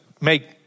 make